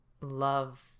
Love